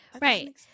Right